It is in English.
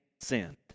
sinned